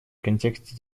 контексте